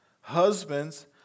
Husbands